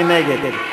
מי נגד?